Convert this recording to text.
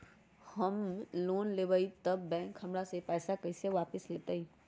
हम लोन लेलेबाई तब बैंक हमरा से पैसा कइसे वापिस लेतई?